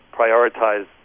prioritize